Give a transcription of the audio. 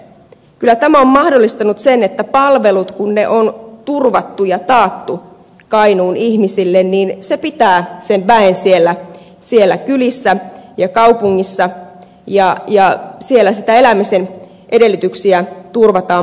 kyllä tämä on mahdollistanut sen että kun palvelut on turvattu ja taattu kainuun ihmisille se pitää väen siellä kylissä ja kaupungissa ja siellä niitä elämisen edellytyksiä turvataan monella tavalla